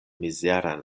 mizeran